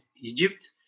Egypt